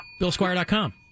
BillSquire.com